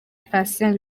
patient